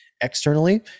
externally